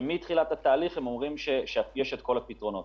כשמתחילת התהליך הם אומרים שיש את כל הפתרונות.